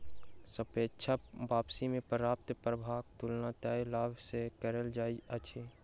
सापेक्ष वापसी में प्राप्त लाभक तुलना तय लाभ सॅ कएल जाइत अछि